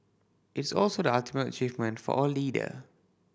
it's also the ultimate achievement for a leader